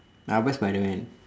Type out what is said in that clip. I will buy Spiderman